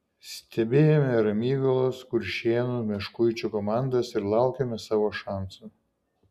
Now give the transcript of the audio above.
stebėjome ramygalos kuršėnų meškuičių komandas ir laukėme savo šanso